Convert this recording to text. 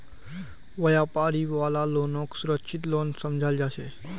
व्यापारी वाला लोनक सुरक्षित लोन समझाल जा छे